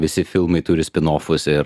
visi filmai turi spinofus ir